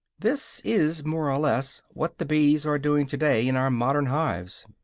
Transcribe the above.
this is more or less what the bees are doing to-day in our modern hives.